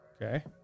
Okay